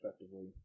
effectively